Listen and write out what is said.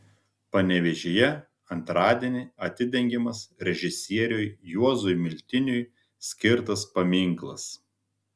panevėžyje antradienį atidengiamas režisieriui juozui miltiniui skirtas paminklas